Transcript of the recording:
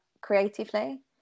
creatively